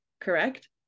correct